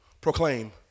proclaim